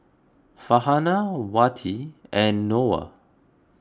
Farhanah Wati and Noah